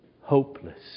hopeless